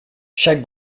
chaque